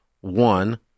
one